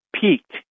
peaked